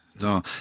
No